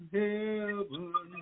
heaven